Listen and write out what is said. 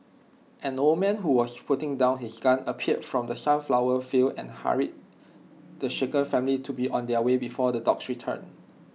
an old man who was putting down his gun appeared from the sunflower fields and hurried the shaken family to be on their way before the dogs return